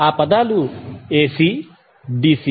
ఆ పదాలు AC DC